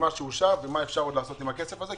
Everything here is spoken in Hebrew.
ממה שאושר ומה עוד אפשר לעשות עם הכסף הזה,